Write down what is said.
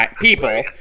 people